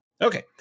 Okay